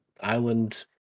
island